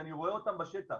אני רואה אותם בשטח.